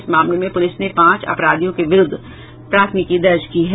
इस मामले में पुलिस ने पांच अपराधियों के विरुद्ध प्राथमिकी दर्ज की है